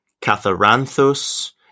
Catharanthus